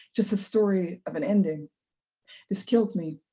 just a story of an ending this kills me.